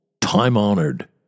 time-honored